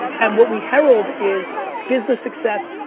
and what we herald is business success,